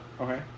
Okay